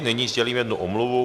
Nyní sdělím jednu omluvu.